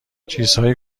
چیزهای